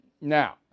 Now